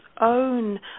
own